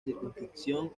circunscripción